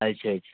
ଆସିଛି ଆସିଛି